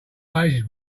places